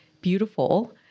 beautiful